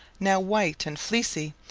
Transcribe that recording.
now white and fleecy,